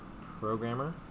programmer